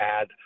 add